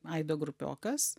aido grupiokas